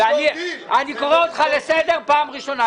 חנן, תשיב.